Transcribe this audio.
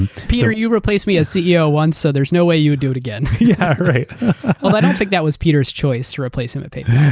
peter, you replaced me as ceo once, so there's no way you would do it again. yeah but i donaeurt think that was peter's choice to replace him at paypal. yeah